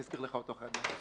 אני אזכיר לך אותו אחרי הדיון.